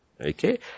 Okay